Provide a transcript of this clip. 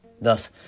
Thus